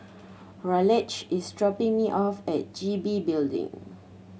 Raleigh is dropping me off at G B Building